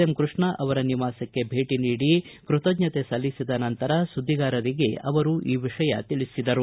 M Krishna ಅವರ ನಿವಾಸಕ್ಕೆ ಭೇಟಿ ನೀಡಿ ಕೃತಜ್ಞತೆ ಸಲ್ಲಿಸಿದ ನಂತರ ಸುದ್ದಿಗಾರರಿಗೆ ಅವರು ಈ ವಿಷಯ ತಿಳಿಸಿದರು